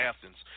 Athens